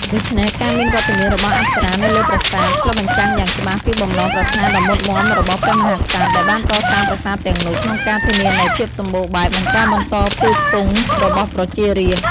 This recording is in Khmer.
ដូច្នេះ ការមានវត្តមានរបស់អប្សរានៅលើប្រាសាទ ឆ្លុះបញ្ចាំងយ៉ាងច្បាស់ពី បំណងប្រាថ្នាដ៏មុតមាំរបស់ព្រះមហាក្សត្រ ដែលបានកសាងប្រាសាទទាំងនោះ ក្នុងការធានានូវ ភាពសម្បូរបែប និងការបន្តពូជពង្សរបស់ប្រជារាស្ត្រ។